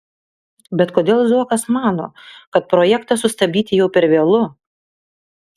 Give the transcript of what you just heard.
bet kodėl zuokas mano kad projektą sustabdyti jau per vėlu